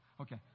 Okay